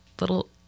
little